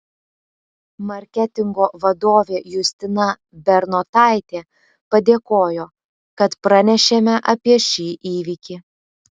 marketingo vadovė justina bernotaitė padėkojo kad pranešėme apie šį įvykį